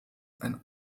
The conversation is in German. ein